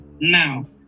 Now